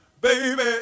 baby